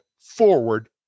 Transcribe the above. forward